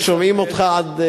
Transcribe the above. כי שומעים אותך עד,